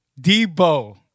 Debo